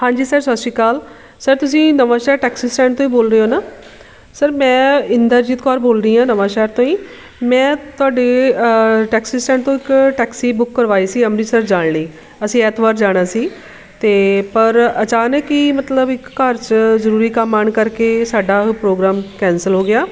ਹਾਂਜੀ ਸਰ ਸਤਿ ਸ਼੍ਰੀ ਅਕਾਲ ਸਰ ਤੁਸੀਂ ਨਵਾਂਸ਼ਹਿਰ ਟੈਕਸੀ ਸਟੈਂਡ ਤੋਂ ਹੀ ਬੋਲ ਰਹੇ ਹੋ ਨਾ ਸਰ ਮੈਂ ਇੰਦਰਜੀਤ ਕੌਰ ਬੋਲ ਰਹੀ ਹਾਂ ਨਵਾਂਸ਼ਹਿਰ ਤੋਂ ਹੀ ਮੈਂ ਤੁਹਾਡੇ ਟੈਕਸੀ ਸਟੈਂਡ ਤੋਂ ਇੱਕ ਟੈਕਸੀ ਬੁੱਕ ਕਰਵਾਈ ਸੀ ਅੰਮ੍ਰਿਤਸਰ ਜਾਣ ਲਈ ਅਸੀਂ ਐਤਵਾਰ ਜਾਣਾ ਸੀ ਅਤੇ ਪਰ ਅਚਾਨਕ ਹੀ ਮਤਲਬ ਇੱਕ ਘਰ 'ਚ ਜ਼ਰੂਰੀ ਕੰਮ ਆਉਣ ਕਰਕੇ ਸਾਡਾ ਉਹ ਪ੍ਰੋਗਰਾਮ ਕੈਂਸਲ ਹੋ ਗਿਆ